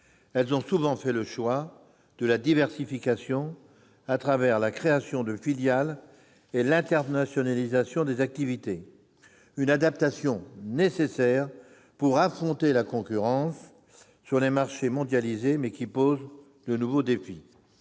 Elles ont souvent fait le choix de la diversification au travers de la création de filiales et l'internationalisation des activités, une adaptation nécessaire pour affronter la concurrence sur des marchés mondialisés, mais qui pose de nouveaux défis.